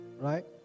Right